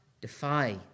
defy